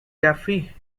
taffy